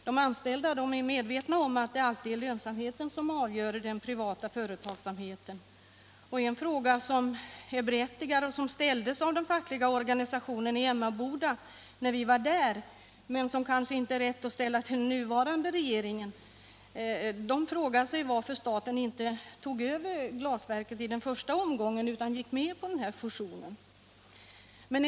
De anställda är medvetna om att det alltid är lönsamheten som avgör den privata företagsamheten. En fråga som är berättigad och som ställdes av den fackliga organisationen i Em 43 maboda när vi var där men som det kanske inte är rätt att ställa till den nuvarande regeringen är denna: Varför tog inte staten över glasbruket i första omgången utan gick med på fusionen?